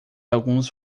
alguns